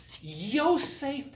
Yosef